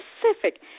specific